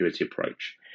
approach